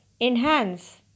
enhance